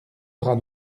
bas